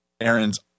Aaron's